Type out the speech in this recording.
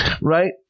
Right